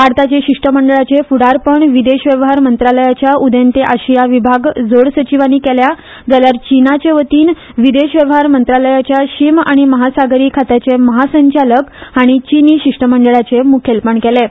भारताचे शिश्टमंडळाचे फुडारपण विदेश वेव्हार मंत्रालयाच्या उदेते आशिया विभाग जोड सचीवानी केली जाल्यार चीनाचे वतीन विदेश वेव्हार मंत्रालयाच्या शीम आनी महासागरी खात्याचे म्हासंचालक हांणी चीनी शिश्टमंडळाचें मुखेलपण केलें